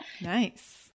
Nice